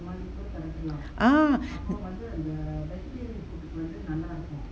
ah